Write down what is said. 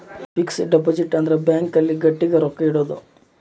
fix deposit ಅಂದ್ರ bank ಅಲ್ಲಿ ಗಟ್ಟಿಗ ರೊಕ್ಕ ಇಡೋದು